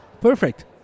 Perfect